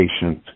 patient